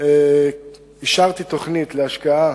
אני אישרתי תוכנית להשקעה